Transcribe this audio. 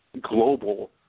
global